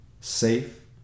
Safe